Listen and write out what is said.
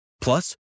Plus